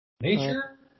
nature